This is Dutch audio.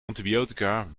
antibiotica